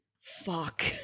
Fuck